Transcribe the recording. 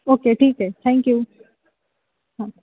okay ठीक आहे thank you हां